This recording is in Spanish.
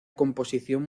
composición